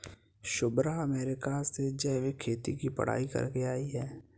Shubhra America से जैविक खेती की पढ़ाई करके आई है